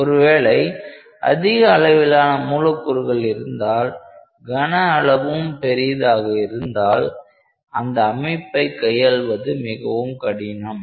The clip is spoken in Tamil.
ஒருவேளை அதிக அளவிலான மூலக்கூறுகள் இருந்தால் கன அளவும் பெரியதாக இருந்தால் அந்த அமைப்பை கையாள்வது மிக கடினம்